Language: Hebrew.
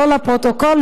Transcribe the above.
לא לפרוטוקול,